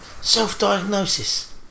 self-diagnosis